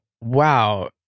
wow